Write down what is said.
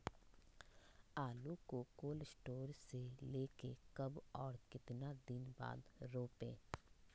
आलु को cold store से ले के कब और कितना दिन बाद रोपे?